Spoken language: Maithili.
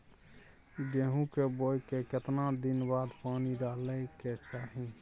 गेहूं के बोय के केतना दिन बाद पानी डालय के चाही?